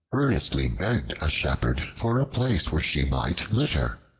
earnestly begged a shepherd for a place where she might litter.